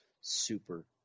super